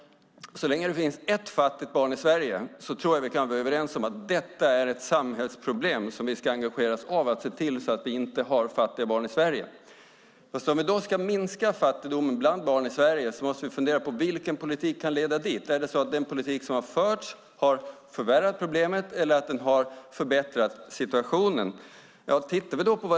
Så länge det finns ett fattigt barn i Sverige tror jag att vi kan vara överens om att detta är ett samhällsproblem vi ska engagera oss i. Vi ska se till att vi inte har fattiga barn i Sverige. Om vi ska minska fattigdomen bland barn i Sverige måste vi dock fundera på vilken politik som kan leda dit. Är det så att den politik som har förts har förvärrat problemet, eller har den förbättrat situationen?